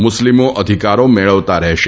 મુસ્લીમો અધિકારો મેળવતા રહેશે